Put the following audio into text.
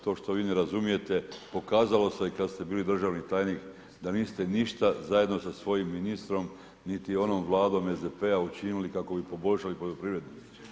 To što vi ne razumijete, pokazalo se kad ste bili državni tajnika da niste ništa zajedno sa svojim ministrom niti onom vladom SDP-a učinili kako bi poboljšali poljoprivredu.